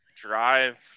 drive